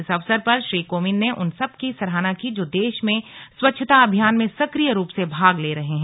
इस अवसर पर श्री कोविंद ने उन सबकी सराहना की जो देश में स्वच्छता अभियान में सक्रिय रूप से भाग ले रहे हैं